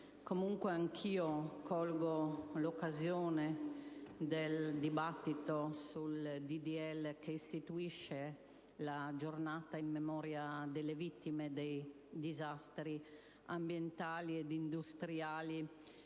Comunque anch'io colgo l'occasione del dibattito sul disegno di legge che istituisce la Giornata in memoria delle vittime dei disastri ambientali e industriali